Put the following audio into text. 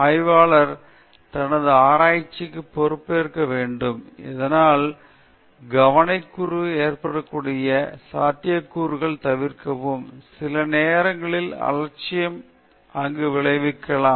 ஆய்வாளர் தனது ஆராய்ச்சிக்கு பொறுப்பேற்க வேண்டும் இதனால் கவனக்குறைவு ஏற்படக்கூடிய சாத்தியக்கூறுகளை தவிர்க்கவும் சில நேரங்களில் அலட்சியம் தீங்கு விளைவிக்கலாம்